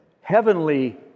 heavenly